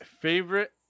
Favorite